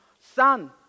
Son